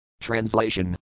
Translation